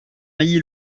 mailly